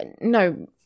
no